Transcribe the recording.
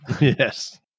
Yes